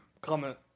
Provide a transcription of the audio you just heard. comment